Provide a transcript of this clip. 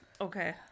okay